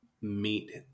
meet